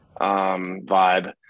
vibe